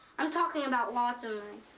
i'm talking about lots of